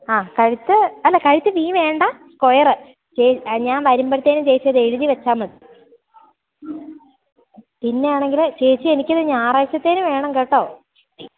ആ കഴുത്ത് അല്ല കഴുത്ത് വി വേണ്ട സ്ക്വയർ ഞാൻ വരുമ്പോഴത്തേക്ക് ചേച്ചി അത് എഴുതി വച്ചാൽ മതി പിന്നെ ആണെങ്കിൽ ചേച്ചി എനിക്ക് ഇത് ഞായറാഴ്ചത്തേക്ക് വേണം കേട്ടോ